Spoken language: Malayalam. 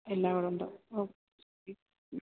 എല്ലാം അവിടെ ഉണ്ട് ഓ